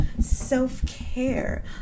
self-care